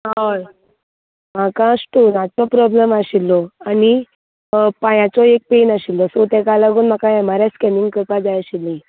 हय म्हाका स्टोनाचो प्रोब्लम आशिल्लो आनी पांयाचो एक पेन आशिल्लो सो तेका लागून म्हाका एम आर आय स्केनींग करपा जाय आशिल्ली